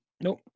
nope